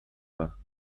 pas